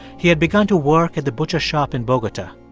he had begun to work at the butcher shop in bogota.